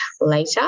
later